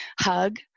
hug